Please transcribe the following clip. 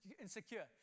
insecure